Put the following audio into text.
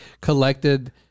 collected